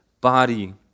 body